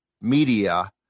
media